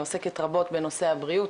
עוסקת רבות בנושא הבריאות,